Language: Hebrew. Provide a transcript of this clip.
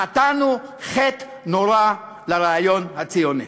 חטאנו חטא נורא לרעיון הציוני.